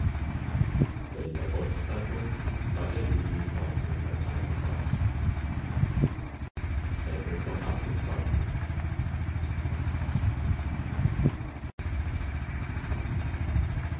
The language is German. berliner volks-zeitung juli